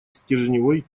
стержневой